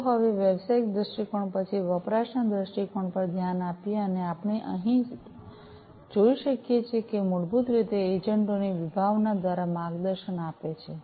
ચાલો હવે વ્યવસાયિક દ્રષ્ટિકોણ પછી વપરાશના દૃષ્ટિકોણ પર ધ્યાન આપીએ અને આપણે અહીં જોઈ શકીએ કે તે મૂળભૂત રીતે એજન્ટો ની વિભાવના દ્વારા માર્ગદર્શન આપે છે